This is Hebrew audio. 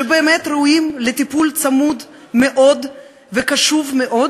שבאמת ראויים לטיפול צמוד מאוד וקשוב מאוד,